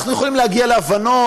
אנחנו יכולים להגיע להבנות,